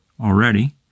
already